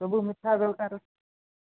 ସବୁ ମିଠା ଦୋକାନ